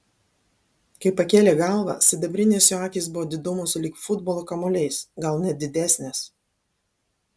kai pakėlė galvą sidabrinės jo akys buvo didumo sulig futbolo kamuoliais gal net didesnės